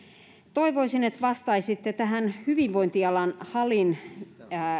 toivoisin että vastaisitte tähän hyvinvointiala halin